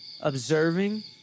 observing